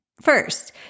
First